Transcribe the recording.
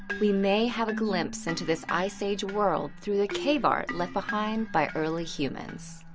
we may have glimpse into this ice age world through the cave art left behind by early humans.